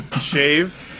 shave